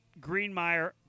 Greenmeyer